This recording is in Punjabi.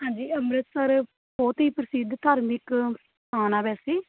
ਹਾਂਜੀ ਅੰਮ੍ਰਿਤਸਰ ਬਹੁਤ ਹੀ ਪ੍ਰਸਿੱਧ ਧਾਰਮਿਕ ਸਥਾਨ ਹੈ ਵੈਸੇ